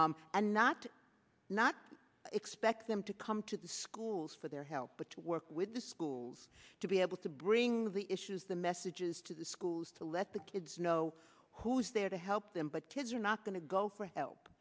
teens and not not expect them to come to the schools for their help but to work with the schools to be able to bring the issues the messages to the schools to let the kids know who's there to help them but kids are not going to go for help